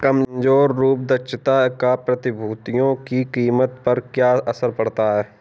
कमजोर रूप दक्षता का प्रतिभूतियों की कीमत पर क्या असर पड़ता है?